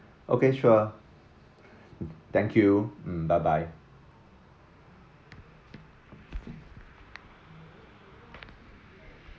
okay sure thank you mm bye bye